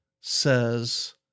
says